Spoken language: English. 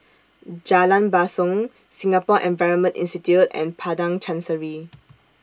Jalan Basong Singapore Environment Institute and Padang Chancery